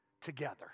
Together